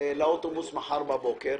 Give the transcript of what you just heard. לאוטובוס מחר בבוקר